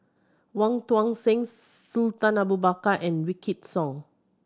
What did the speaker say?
Wong Tuang Seng Sultan Abu Bakar and Wykidd Song